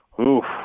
Oof